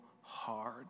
hard